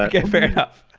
like yeah fair enough.